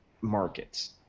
markets